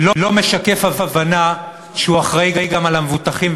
לא משקף הבנה שהוא אחראי גם למבוטחים,